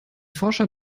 forscher